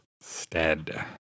Stead